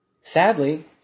sadly